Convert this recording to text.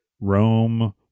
Rome